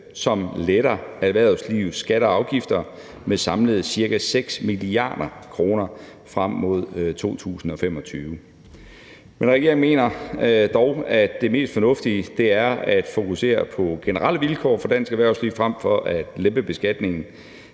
som letter erhvervslivets skatter og afgifter med samlet ca. 6 mia. kr. frem mod 2025. Regeringen mener dog, at det mest fornuftige er at fokusere på de generelle vilkår for dansk erhvervsliv frem for at lempe beskatningen